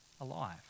alive